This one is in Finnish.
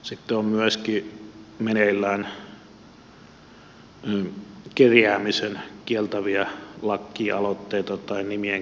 sitten on myöskin meneillään kerjäämisen kieltäviä lakialoitteita tai nimien keräämisiä niihin